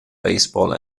baseball